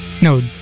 no